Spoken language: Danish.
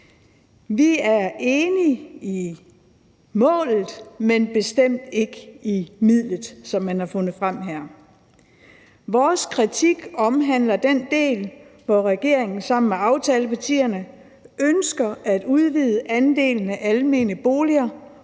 Vi er enige i målet, men bestemt ikke i midlet, som man her har fundet frem. Vores kritik omhandler den del, hvor regeringen sammen med aftalepartierne ønsker at udvide andelen af almene boliger